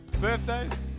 Birthdays